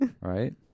Right